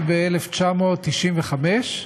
וב-1995,